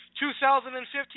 2015